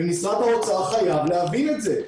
ומשרד האוצר חייב להבין את זה.